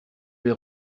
les